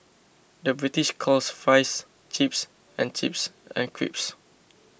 the British calls Fries Chips and chips and crisps